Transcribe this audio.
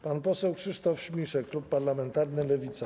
Pan poseł Krzysztof Śmiszek, klub parlamentarny Lewica.